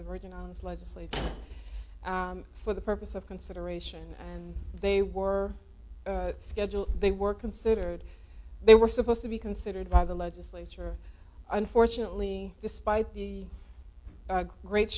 the virgin islands legislature for the purpose of consideration and they were scheduled they were considered they were supposed to be considered by the legislature unfortunately despite the great